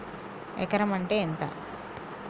ఎకరం అంటే ఎంత?